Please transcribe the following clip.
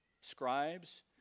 scribes